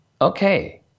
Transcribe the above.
okay